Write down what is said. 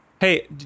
Hey